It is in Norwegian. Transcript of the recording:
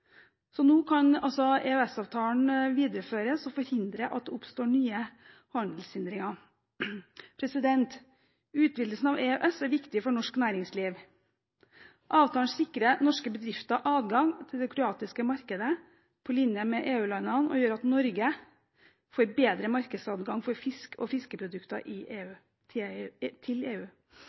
Nå kan EØS-avtalen videreføres og forhindre at det oppstår nye handelshindringer. Utvidelsen av EØS er viktig for norsk næringsliv. Avtalen sikrer norske bedrifter adgang til det kroatiske markedet på linje med EU-landene og gjør at Norge får bedre markedsadgang for fisk og fiskeprodukter til EU. Samtidig vil EØS-midlene bidra til